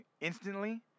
instantly